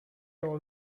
all